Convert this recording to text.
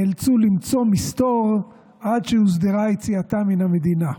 נאלצו למצוא מסתור עד שהוסדרה יציאתם מן המדינה.